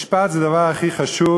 משפט זה דבר הכי חשוב,